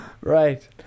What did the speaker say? right